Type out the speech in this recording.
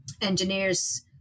engineers